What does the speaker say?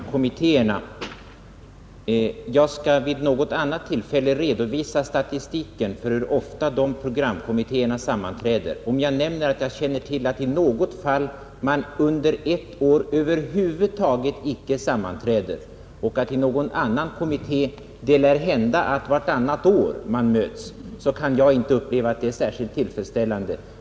Herr talman! Bara några ord på en enda punkt, herr Mattsson i Lane-Herrestad. Man hänvisar till programkommittéerna. Jag skall vid något annat tillfälle redovisa statistiken för hur ofta de programkommittéerna sammanträder. Jag känner till att man i något fall under ett år över huvud taget icke sammanträder och att det i någon annan kommitté lär hända att man möts vartannat år, och det kan jag inte uppleva som särskilt tillfredsställande.